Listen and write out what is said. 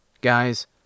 Guys